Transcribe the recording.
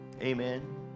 Amen